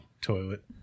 Toilet